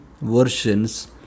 versions